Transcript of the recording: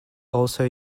also